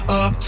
up